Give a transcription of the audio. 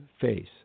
face